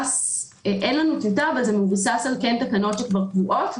אין לנו טיוטה אבל זה מבוסס על תקנות שכבר קבועות,